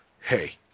Hey